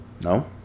No